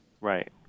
Right